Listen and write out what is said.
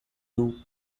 two